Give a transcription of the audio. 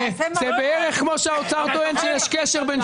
זה בערך כמו שהאוצר טוען שיש קשר בין